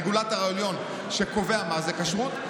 הרגולטור העליון שקובע מה זה כשרות.